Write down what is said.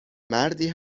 مردی